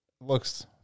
looks